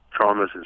traumas